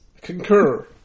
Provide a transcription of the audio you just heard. Concur